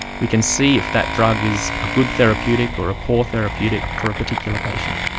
we can see if that drug is a good therapeutic or a poor therapeutic for a particular patient.